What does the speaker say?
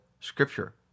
scripture